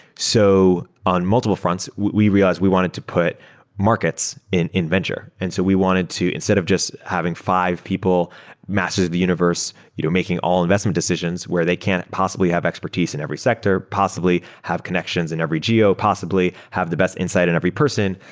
so on multiple fronts, we realized we wanted to put markets in in venture. and so we wanted to instead of just having five people masters of the universe you know making all investment decisions where they can't possibly have expertise in every sector, possibly have connections in every geo, possibly have the best insight in every person,